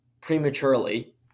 prematurely